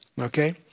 Okay